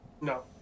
No